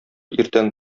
иртән